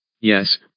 Yes